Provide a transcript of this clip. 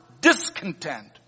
discontent